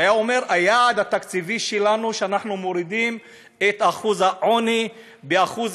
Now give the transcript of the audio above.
שהיה אומר: היעד התקציבי שלנו הוא שאנחנו מורידים את שיעור העוני ב-1%,